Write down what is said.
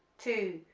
two,